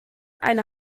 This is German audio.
eine